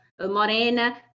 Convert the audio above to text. morena